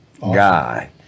Guy